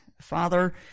Father